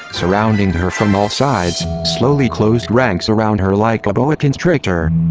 surrounding her from all sides, slowly closed ranks around her like a boa constrictor.